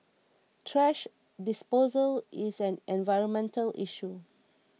thrash disposal is an environmental issue